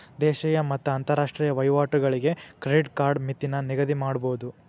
ದೇಶೇಯ ಮತ್ತ ಅಂತರಾಷ್ಟ್ರೇಯ ವಹಿವಾಟುಗಳಿಗೆ ಕ್ರೆಡಿಟ್ ಕಾರ್ಡ್ ಮಿತಿನ ನಿಗದಿಮಾಡಬೋದು